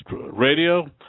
Radio